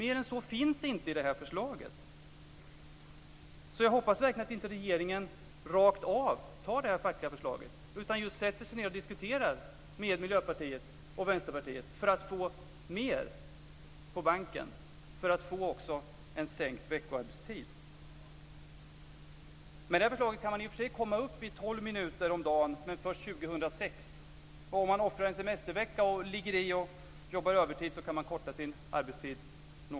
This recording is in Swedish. Mer än så finns det inte i det här förslaget. Jag hoppas verkligen att inte regeringen rakt av antar det här fackliga förslaget utan sätter sig ned och diskuterar med Miljöpartiet och Vänsterpartiet för att få mer på banken och också få en sänkt veckoarbetstid. Med det här förslaget kan man i och för sig komma upp i 12 minuter om dagen - men först 2006.